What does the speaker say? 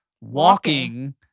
walking